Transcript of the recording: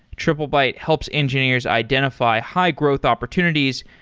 triplebyte helps engineers identify high-growth opportunities,